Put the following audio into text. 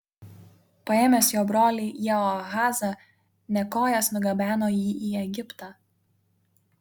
paėmęs jo brolį jehoahazą nekojas nugabeno jį į egiptą